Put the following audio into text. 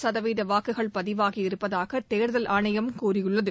சதவீத வாக்குகள் பதிவாகியிருப்பதாக தேர்தல் ஆணையம் தெரிவித்துள்ளது